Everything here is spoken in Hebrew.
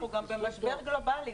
אנחנו גם במשבר גלובלי.